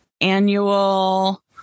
annual